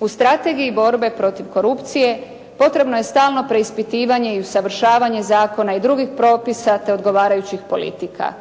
U Strategiji borbe protiv korupcije potrebno je stalno preispitivanje i usavršavanje zakona i drugih propisa, te odgovarajućih politika.